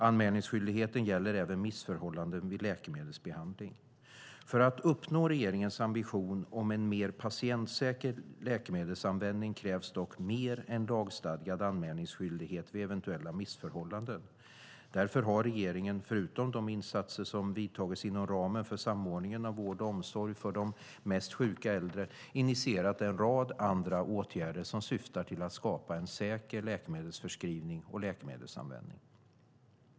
Anmälningsskyldigheten gäller även missförhållanden vid läkemedelsbehandling. För att uppnå regeringens ambition om en mer patientsäker läkemedelsanvändning krävs dock mer än lagstadgad anmälningsskyldighet vid eventuella missförhållanden. Därför har regeringen, förutom de insatser som vidtagits inom ramen för samordningen av vård och omsorg för de mest sjuka äldre, initierat en rad andra åtgärder som syftar till att skapa en säker läkemedelsförskrivning och läkemedelsanvändning.